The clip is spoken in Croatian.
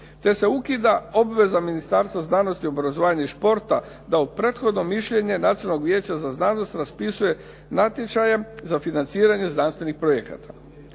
te se ukida obveza Ministarstva znanosti, obrazovanja i športa da u prethodno mišljenje Nacionalnog vijeća za znanost raspisuje natječajem za financiranje znanstvenih projekata.